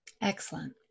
Excellent